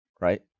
right